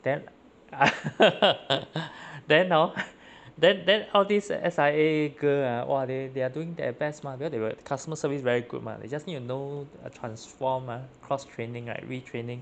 then then hor then then all these S_I_A girl ah !wah! they they are doing their best mah because they uh customer service very good mah they just need to know transform ah cross training right retraining